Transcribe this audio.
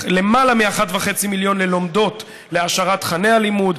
למעלה מ-1.5 מיליון ללומדות להעשרת תוכני הלימוד,